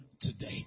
today